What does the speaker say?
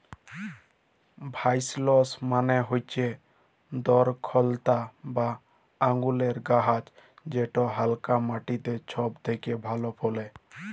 ভাইলস মালে হচ্যে দরখলতা বা আঙুরেল্লে গাহাচ যেট হালকা মাটিতে ছব থ্যাকে ভালো ফলে